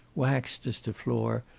waxed as to floor,